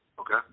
Okay